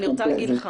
אני רוצה להגיד לך.